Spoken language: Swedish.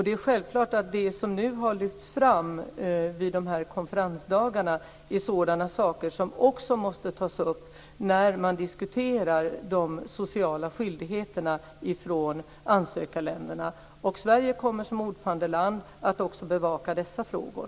Det är självklart att det som nu har lyfts fram vid konferensdagarna är sådana saker som också måste tas upp när man diskuterar de sociala skyldigheterna i ansökarländerna. Sverige kommer som ordförandeland att också bevaka dessa frågor.